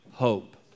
hope